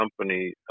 company